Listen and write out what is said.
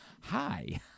hi